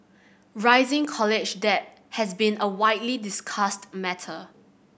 rising college debt has been a widely discussed matter